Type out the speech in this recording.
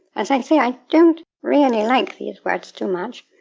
as i say, i don't really like these words too much,